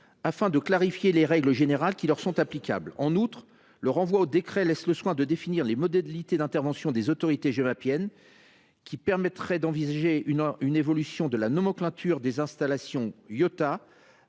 afin de clarifier les règles générales qui leur sont applicables. En outre, il renvoie au décret la définition des modalités d’intervention des autorités gémapiennes. Cela permettra d’envisager une évolution de la nomenclature des installations,